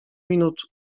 minut